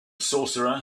sorcerer